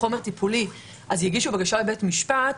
יגישו בקשה לבית משפט,